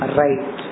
right